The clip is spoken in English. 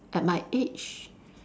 at my age